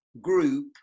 group